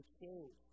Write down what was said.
change